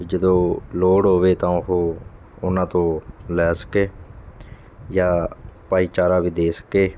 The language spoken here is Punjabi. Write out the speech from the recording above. ਜਦੋਂ ਲੋੜ ਹੋਵੇ ਤਾਂ ਉਹ ਉਹਨਾਂ ਤੋਂ ਲੈ ਸਕੇ ਜਾਂ ਭਾਈਚਾਰਾ ਵੀ ਦੇ ਸਕੇ